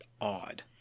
odd